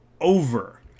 over